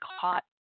caught